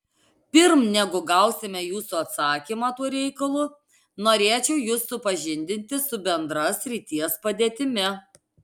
pirm negu gausime jūsų atsakymą tuo reikalu norėčiau jus supažindinti su bendra srities padėtimi